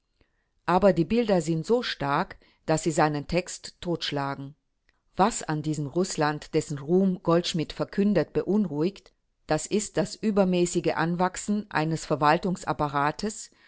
aber die bilder sind so stark daß sie seinen text totschlagen was an diesem rußland dessen ruhm goldschmidt verkündet beunruhigt das ist das übermäßige anwachsen eines verwaltungsapparates